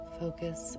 focus